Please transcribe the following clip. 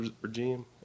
regime